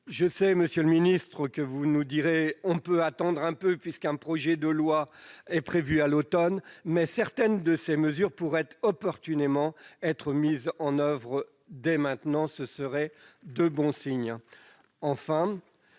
monsieur le ministre, que l'on peut attendre un peu puisqu'un projet de loi est prévu à l'automne. Mais certaines mesures pourraient opportunément être mises en oeuvre dès maintenant. Ce serait un bon signal.